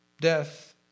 Death